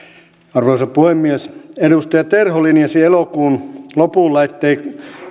arvoisa puhemies edustaja terho linjasi elokuun lopulla ettei